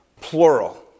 plural